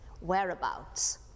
whereabouts